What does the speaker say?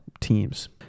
teams